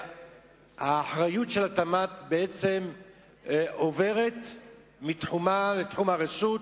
והאחריות של התמ"ת בעצם עוברת מתחומה לתחום הרשות,